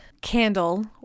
candle